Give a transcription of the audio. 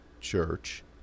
church